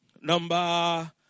Number